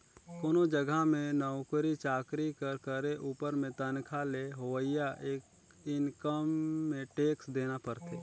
कोनो जगहा में नउकरी चाकरी कर करे उपर में तनखा ले होवइया इनकम में टेक्स देना परथे